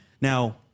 Now